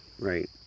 right